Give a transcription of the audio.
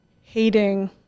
hating